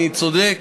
אני צודק?